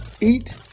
Eat